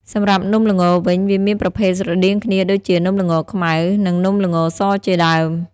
សម្រាប់់នំល្ងវិញ វាមានប្រភេទស្រដៀងគ្នា ដូចជា នំល្ងខ្មៅ និងនំល្ងសជាដើម។